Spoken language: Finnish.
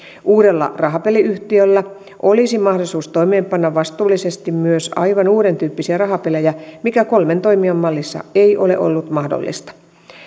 uudella rahapeliyhtiöllä olisi mahdollisuus toimeenpanna vastuullisesti myös aivan uudentyyppisiä rahapelejä mikä kolmen toimijan mallissa ei ole ollut mahdollista